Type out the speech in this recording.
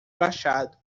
baixado